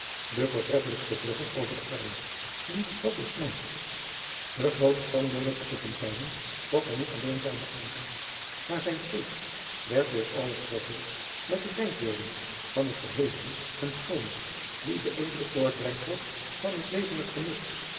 de voortreffelijkste bruggen over de arno die de stad doorsnijdt de groote standbeelden op de fonteinen trokken niet alleen zijne aandacht maar zijn geest werd door alles vervuld met de denkbeelden van het verhevene en schoone die de edele voortbrengsels van het levendig vernuft